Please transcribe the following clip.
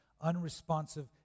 unresponsive